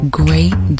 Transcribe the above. great